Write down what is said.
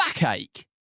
backache